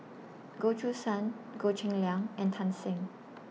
Goh Choo San Goh Cheng Liang and Tan Shen